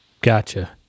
Gotcha